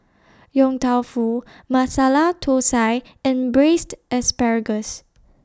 Yong Tau Foo Masala Thosai and Braised Asparagus